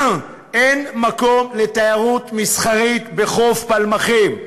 אין מקום לתיירות מסחרית בחוף פלמחים.